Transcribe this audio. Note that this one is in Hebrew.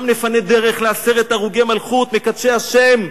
גם נפנה דרך לעשרת הרוגי מלכות, מקדשי השם",